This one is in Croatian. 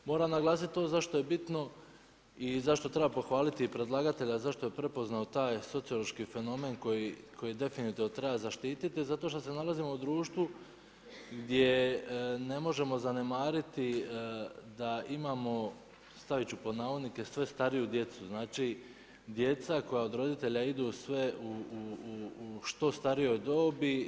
Moram naglasiti to, zašto je bitno i zašto treba pohvaliti i predlagatelja zato što je prepoznao taj sociološki fenomen koji definitivno treba zaštiti zato što se nalazimo u društvu gdje ne možemo zanemariti da imamo, staviti ću pod navodnike „sve stariju djecu“, znači djeca koja od roditelja idu sve u što starijoj dobi.